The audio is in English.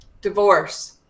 divorce